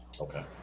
Okay